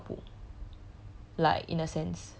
I think he quite 靠谱